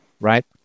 right